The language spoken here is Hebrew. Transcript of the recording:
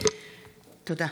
תודה.